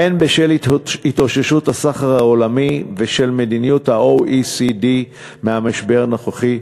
הן בשל התאוששות הסחר העולמי ושל מדינות ה-OECD מהמשבר הנוכחי,